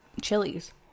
chilies